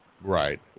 Right